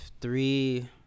three